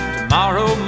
Tomorrow